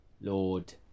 Lord